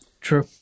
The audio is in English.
True